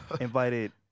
invited